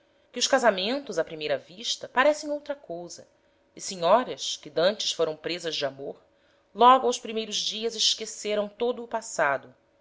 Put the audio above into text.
que os casamentos á primeira vista parecem outra cousa e senhoras que d'antes foram presas de amor logo aos primeiros dias esqueceram todo o passado